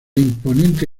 imponente